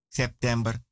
september